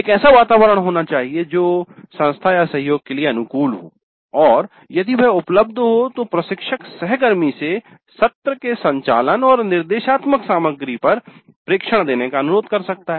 एक ऐसा वातावरण होना चाहिए जो संस्थासहयोग के लिए अनुकूल हो और यदि वह उपलब्ध हो तो प्रशिक्षक सहकर्मी से सत्र के संचालन और निर्देशात्मक सामग्री पर प्रेक्षण देने का अनुरोध कर सकता है